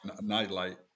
nightlight